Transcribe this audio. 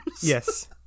Yes